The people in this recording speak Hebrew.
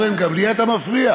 אורן, גם לי אתה מפריע?